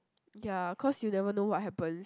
ya cause you never know what happens